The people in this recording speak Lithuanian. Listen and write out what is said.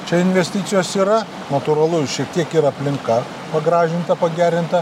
čia investicijos yra natūralu šiek tiek ir aplinka pagražinta pagerinta